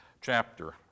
chapter